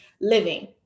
living